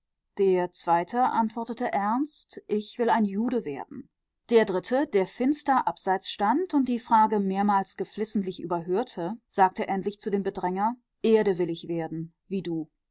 der zweite antwortete ernst ich will ein jude werden der dritte der finster abseits stand und die frage mehrmals geflissentlich überhörte sagte endlich zu dem bedränger erde will ich werden wie du